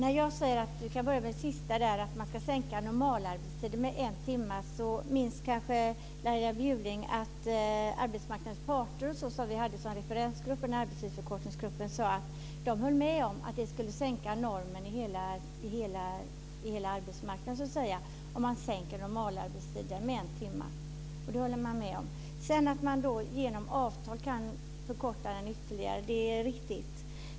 Fru talman! Jag kan börja med det sista. När jag säger att man ska sänka normalarbetstiden med en timme, minns kanske Laila Bjurling att arbetstidsförkortningsgruppen, som vi hade som referensgrupp höll med om att det skulle sänka normen på hela arbetsmarknaden om man sänkte normalarbetstiden med en timme. Det håller man med om. Att man genom avtal kan förkorta den ytterligare är riktigt.